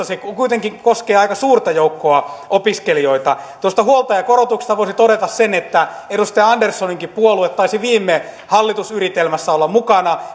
se koskee aika suurta joukkoa opiskelijoita tuosta huoltajakorotuksesta voisi todeta sen että edustaja anderssoninkin puolue taisi viime hallitusyritelmässä olla mukana